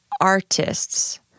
artists